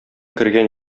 кергән